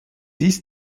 ist